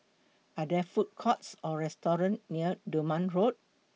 Are There Food Courts Or restaurants near Dunman Road